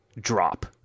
drop